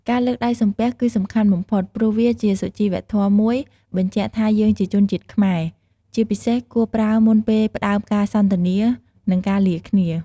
ការលើកដៃសំពះគឺសំខាន់បំផុត ព្រោះវាជាសុជីវធម៌មួយបញ្ជាក់ថាយើងជាជនជាតិខ្មែរ ជាពិសេសគួរប្រើមុនពេលផ្ដើមការសន្ទនា និងការលាគ្នា។